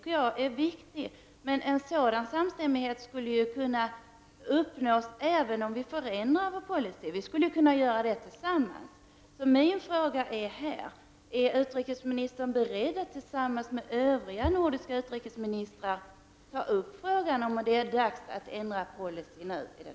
Men en sådan samstämmighet skulle kunna uppnås även om vi förändrar vår policy. Vi skulle kunna göra det tillsammans. Är utrikesministern beredd att tillsammans med övriga nordiska utrikesministrar ta upp frågan om det är dags att förändra policyn?